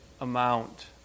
amount